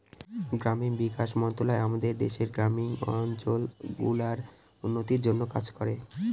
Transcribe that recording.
গ্রামীণ বিকাশ মন্ত্রণালয় আমাদের দেশের গ্রামীণ অঞ্চল গুলার উন্নতির জন্যে কাজ করে